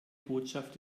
botschaft